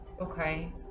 Okay